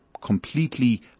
completely